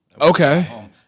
Okay